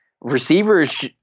receivers